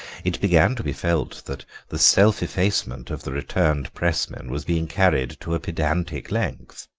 it began to be felt that the self-effacement of the returned pressmen was being carried to a pedantic length.